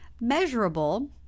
measurable